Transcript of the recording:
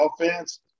offense